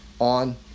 on